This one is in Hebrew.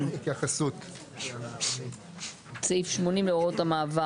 הכוונה היא לסעיף קטן (ו)?